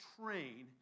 train